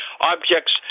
objects